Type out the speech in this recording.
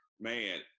man